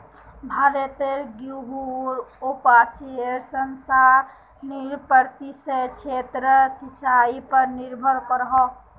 भारतोत गेहुंर उपाजेर संतानबे प्रतिशत क्षेत्र सिंचाई पर निर्भर करोह